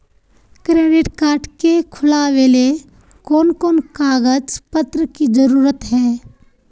Credit card के खुलावेले कोन कोन कागज पत्र की जरूरत है?